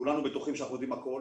כולנו בטוחים שאנחנו יודעים הכול